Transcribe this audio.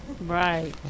Right